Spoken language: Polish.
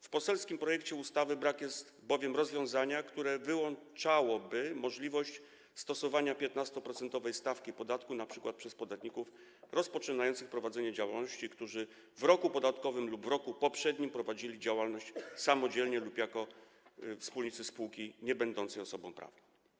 W poselskim projekcie ustawy brak jest bowiem rozwiązania, które wyłączałoby możliwość stosowania 15-procentowej stawki podatku np. przez podatników rozpoczynających prowadzenie działalności, którzy w roku podatkowym lub w roku poprzednim prowadzili działalność samodzielnie lub jako wspólnicy spółki niebędącej osobą prawną.